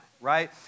right